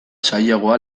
zailagoa